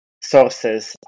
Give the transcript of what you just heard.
sources